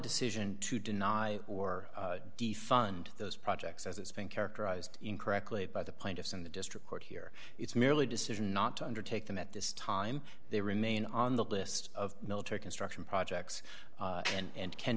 decision to deny or defund those projects as it's been characterized incorrectly by the plaintiffs in the district court here it's merely decision not to undertake them at this time they remain on the list of military construction projects and can